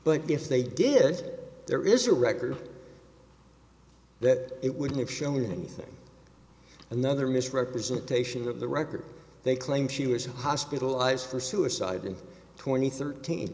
they did there is a record that it wouldn't have shown anything another misrepresentation of the record they claim she was hospitalized for suicide in twenty thirteen